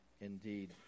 indeed